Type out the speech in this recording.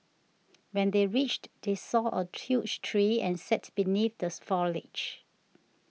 when they reached they saw a huge tree and sat beneath the foliage